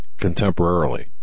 contemporarily